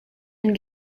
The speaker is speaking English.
and